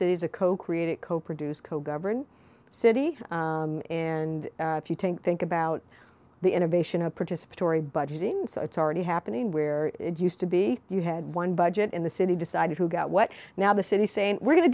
cities a co created co produce co governed city and if you think think about the innovation a participatory budgeting it's already happening where it used to be you had one budget in the city decided who got what now the city saying we're go